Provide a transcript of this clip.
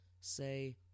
Say